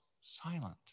silent